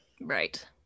right